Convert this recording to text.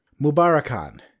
Mubarakan